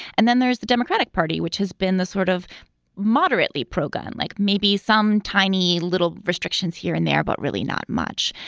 and then there's the democratic party, which has been the sort of moderately pro-gun, like maybe some tiny little restrictions here and there, but really not much.